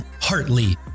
hartley